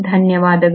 ಧನ್ಯವಾದಗಳು